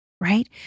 right